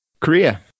korea